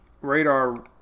radar